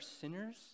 sinners